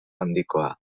handikoa